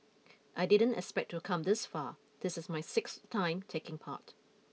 I didn't expect to come this far this is my sixth time taking part